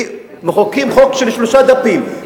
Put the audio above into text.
ומחוקקים חוק של שלושה דפים.